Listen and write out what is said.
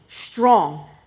strong